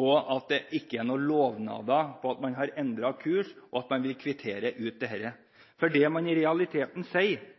og at det ikke er noen lovnader om at man har endret kurs og at man vil kvittere ut dette. Det man i realiteten sier,